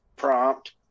prompt